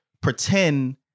pretend